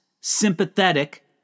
sympathetic